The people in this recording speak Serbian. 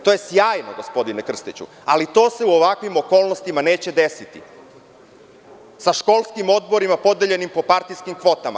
To je sjajno, gospodine Krstiću, ali to se u ovakvim okolnostima neće desiti, sa školskim odborima podeljenim po partijskim kvotama.